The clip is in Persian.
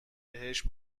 بهش